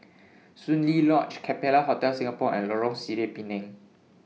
Soon Lee Lodge Capella Hotel Singapore and Lorong Sireh Pinang